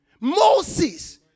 Moses